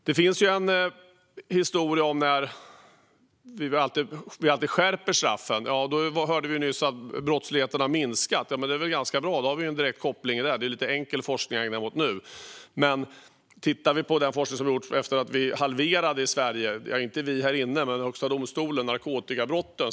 Det finns en historia om att vi alltid skärper straffen; nyss hörde vi att brottsligheten har minskat. Ja, det är väl ganska bra - då har vi en direkt koppling där. Det är lite enkel forskning jag ägnar mig åt nu. Men vi kan också titta på den forskning som gjorts efter att Högsta domstolen i Sverige halverade straffen för narkotikabrotten.